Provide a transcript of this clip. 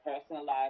personalized